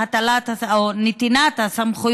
חבריי